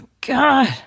God